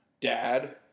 dad